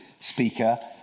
Speaker